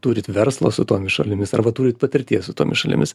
turit verslą su tomis šalimis arba turit patirties su tomis šalimis